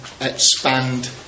expand